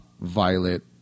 Violet